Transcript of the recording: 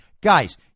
Guys